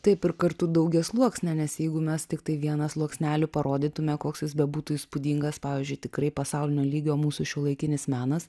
taip ir kartu daugiasluoksnė nes jeigu mes tiktai vieną sluoksnelį parodytume koks jis bebūtų įspūdingas pavyzdžiui tikrai pasaulinio lygio mūsų šiuolaikinis menas